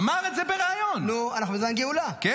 עכשיו, לא אני